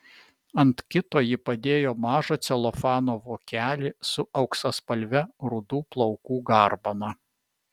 ant kito ji padėjo mažą celofano vokelį su auksaspalve rudų plaukų garbana